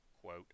quote